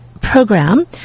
program